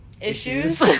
issues